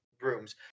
rooms